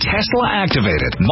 Tesla-activated